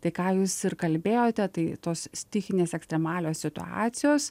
tai ką jūs ir kalbėjote tai tos stichinės ekstremalios situacijos